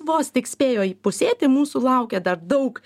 vos tik spėjo įpusėti mūsų laukia dar daug